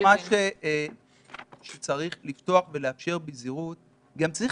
מתוך מה שצריך לפתוח ולאפשר בזהירות גם צריך